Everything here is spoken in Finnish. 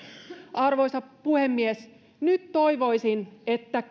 arvoisa puhemies nyt toivoisin että